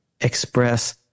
express